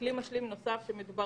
מדובר